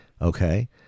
okay